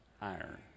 iron